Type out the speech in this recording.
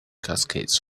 cascades